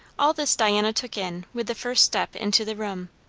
all this diana took in with the first step into the room.